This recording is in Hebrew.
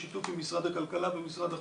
בשיתוף עם משרד הכלכלה ומשרד החוץ,